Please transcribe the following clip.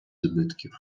збитків